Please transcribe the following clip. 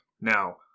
Now